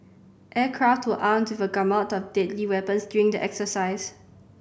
aircraft were armed with a gamut of deadly weapons during the exercise